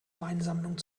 weinsammlung